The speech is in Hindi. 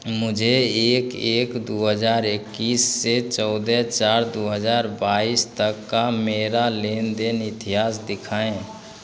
मुझे एक एक दो हज़ार इक्कीस से चौदह चार दो हज़ार बाईस तक का मेरा लेनदेन इतिहास दिखाएँ